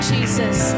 Jesus